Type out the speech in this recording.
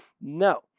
No